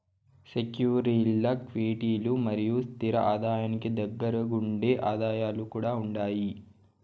సెక్యూరీల్ల క్విటీలు మరియు స్తిర ఆదాయానికి దగ్గరగుండే ఆదాయాలు కూడా ఉండాయి